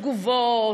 ותגובות,